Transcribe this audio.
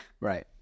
Right